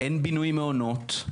אין בינוי מעונות.